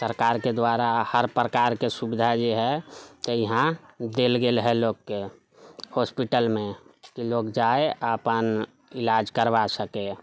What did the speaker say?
सरकारके दुआरा हर प्रकारके सुविधा जेहै से यहाँ देल गेल है लोकके हॉस्पिटलमे जे लोक जाइ आओर अपन इलाज करबा सकै